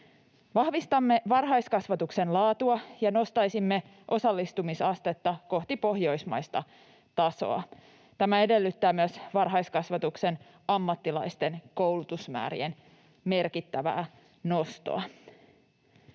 Vahvistamme varhaiskasvatuksen laatua ja nostaisimme osallistumisastetta kohti pohjoismaista tasoa. Tämä edellyttää myös varhaiskasvatuksen ammattilaisten koulutusmäärien merkittävää nostoa.